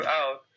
out